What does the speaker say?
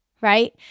right